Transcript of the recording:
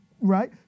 right